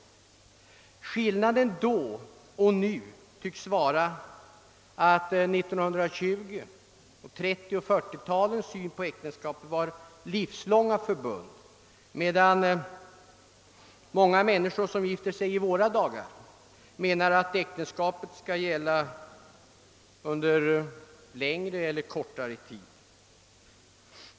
Skillnaden mellan då och nu tycks vara att äktenskapen enligt 1920-, 1930 och 1940-talens syn var livslånga förbund, medan många människor som gifter sig i våra dagar menar att äktenskapet skall gälla under längre eller kortare tid.